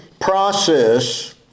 process